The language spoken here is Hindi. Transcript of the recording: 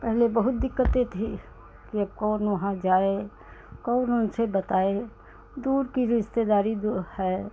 पहले बहुत दिक्कतें थीं कि अब कौन वहाँ जाए कौन उनसे बताए दूर की रिश्तेदारी है